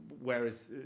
whereas